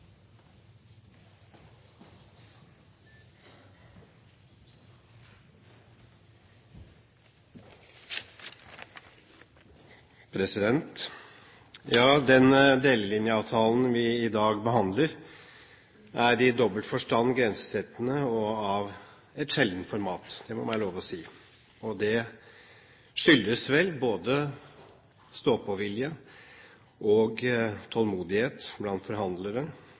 Den delelinjeavtalen vi i dag behandler, er i dobbelt forstand grensesettende og av et sjeldent format – det må være lov å si. Det skyldes vel både stå-på-vilje og tålmodighet blant forhandlere,